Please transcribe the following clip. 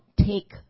take